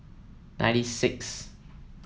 ninety sixth